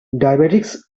diabetics